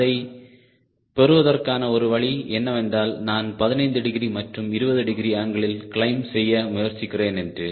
அதைப் பெறுவதற்கான ஒரு வழி என்னவென்றால் நான் 15 டிகிரி மற்றும் 20 டிகிரி ஆங்கிளில் கிளைம்ப் செய்ய முயற்சிக்கிறேன் என்று